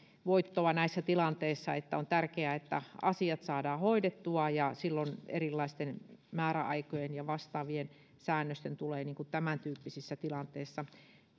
voittoa näissä tilanteissa että on tärkeää että asiat saadaan hoidettua ja silloin erilaisten määräaikojen ja vastaavien säännösten tulee tämäntyyppisissä tilanteissa